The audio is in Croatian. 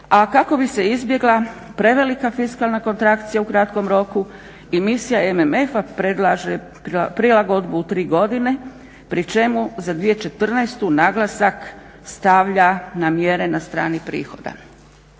a kako bi se izbjegla prevelika fiskalna kontrakcija u kratkom roku. I misija MMF-a predlaže prilagodbu u tri godine pri čemu za 2014. naglasak stavlja na mjere na strani prihoda.